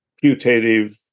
putative